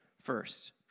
first